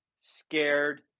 scared